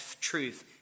truth